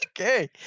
Okay